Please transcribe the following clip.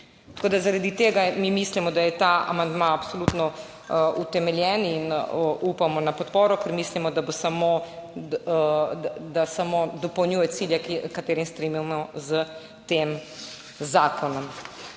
zaradi tega mi mislimo, da je ta amandma absolutno utemeljen in upamo na podporo, ker mislimo, da samo dopolnjuje cilje h katerim stremimo s tem zakonom.